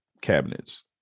cabinets